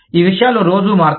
ఈ విషయాలు రోజూ మారతాయి